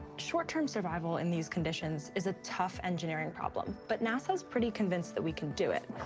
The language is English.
short-term survival in these conditions is a tough engineering problem, but nasa's pretty convinced that we can do it.